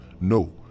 No